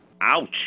Ouch